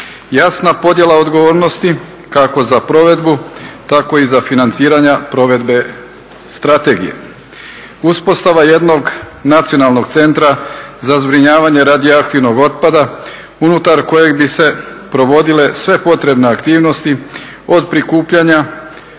jasna podjela odgovornosti kako za provedbu, tako i za financiranja provedbe strategije, uspostava jednog nacionalnog centra za zbrinjavanje radioaktivnog otpada unutar kojeg bi se provodile sve potrebne aktivnosti, od prikupljanja